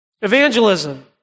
Evangelism